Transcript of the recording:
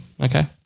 okay